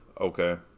Okay